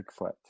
Bigfoot